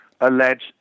alleged